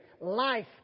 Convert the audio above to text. life